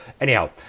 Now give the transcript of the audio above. Anyhow